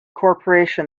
corporation